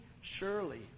surely